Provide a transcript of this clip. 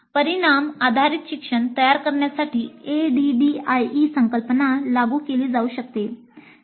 परिणाम आधारित शिक्षण तयार करण्यासाठी ADDIE संकल्पना लागू केली जाऊ शकते